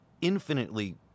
infinitely